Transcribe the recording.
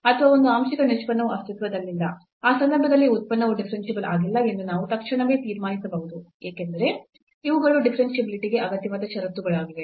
ಅಥವಾ ಒಂದು ಆಂಶಿಕ ನಿಷ್ಪನ್ನವು ಅಸ್ತಿತ್ವದಲ್ಲಿಲ್ಲ ಆ ಸಂದರ್ಭದಲ್ಲಿ ಉತ್ಪನ್ನವು ಡಿಫರೆನ್ಸಿಬಲ್ ಆಗಿಲ್ಲ ಎಂದು ನಾವು ತಕ್ಷಣವೇ ತೀರ್ಮಾನಿಸಬಹುದು ಏಕೆಂದರೆ ಇವುಗಳು ಡಿಫರೆನ್ಷಿಯಾಬಿಲಿಟಿ ಗೆ ಅಗತ್ಯವಾದ ಷರತ್ತುಗಳಾಗಿವೆ